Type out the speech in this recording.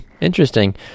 Interesting